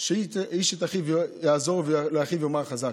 ש"איש את רעהו יעזרו ולאחיו יאמר חזק".